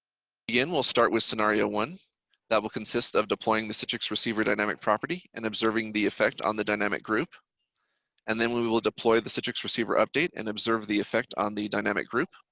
yeah and will start with scenario one that will consist of deploying the citrix receiver dynamic property and observing the effect on the dynamic group and then we will deploy the citrix receiver update and observe the effect on the dynamic group.